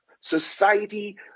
society